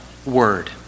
Word